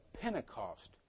Pentecost